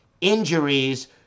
injuries